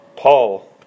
Paul